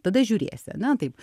tada žiūrėsi ane taip